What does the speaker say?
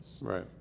Right